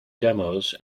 demos